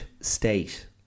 state